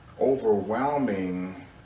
overwhelming